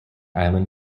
island